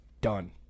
Done